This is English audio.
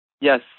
yes